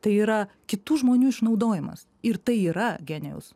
tai yra kitų žmonių išnaudojimas ir tai yra genijaus